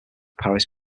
paris